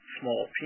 small